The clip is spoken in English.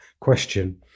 question